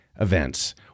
events